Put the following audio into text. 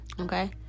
Okay